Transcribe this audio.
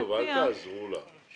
תעשו טובה, אל תעזרו לה.